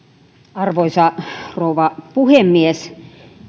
arvoisa rouva puhemies